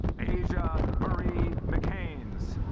asia marie mccain's